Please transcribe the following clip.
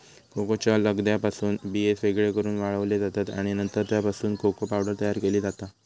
कोकोच्या लगद्यापासून बिये वेगळे करून वाळवले जातत आणि नंतर त्यापासून कोको पावडर तयार केली जाता